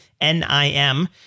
n-i-m